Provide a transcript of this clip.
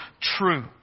true